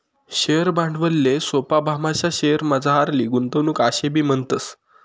share भांडवलले सोपा भाशामा शेअरमझारली गुंतवणूक आशेबी म्हणतस